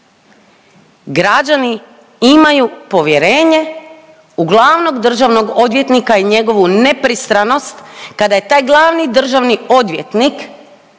građani imaju povjerenje u glavnog državnog odvjetnika i njegovu nepristranost kada je taj glavni državni odvjetnik